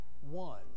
one